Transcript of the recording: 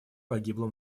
погибло